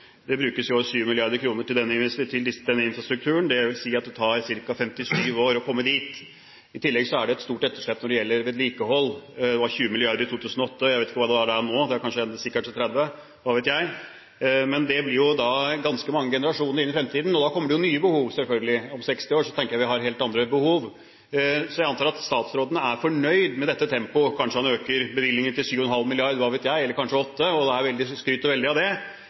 Det brukes i år 7 mrd. kr til denne infrastrukturen, dvs. at det tar ca. 57 år å komme dit. I tillegg er det et stort etterslep når det gjelder vedlikehold. Det var på 20 mrd. kr i 2008. Jeg vet ikke hva det er nå, det er sikkert 30 mrd. – hva vet jeg? Men det blir jo ganske mange generasjoner inn i fremtiden, og da kommer det selvfølgelig nye behov – om 60 år tenker jeg vi har helt andre behov. Jeg antar at statsråden er fornøyd med dette tempoet. Kanskje han øker bevilgningene til 7,5 mrd. – hva vet jeg – eller kanskje 8 mrd. og skryter veldig av det, men det er altså dette som er statsrådens ambisjon, samtidig som han vil skattlegge bilistene gjennom bompenger. Er det